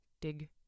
Dig